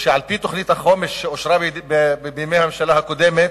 על-פי תוכנית החומש שאושרה בימי הממשלה הקודמת,